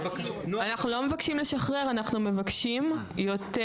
אנחנו לא מבקשים לשחרר, אנחנו מבקשים יותר